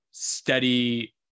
Steady